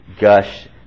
gush